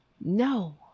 No